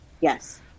Yes